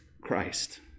Christ